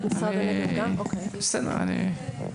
מיטל,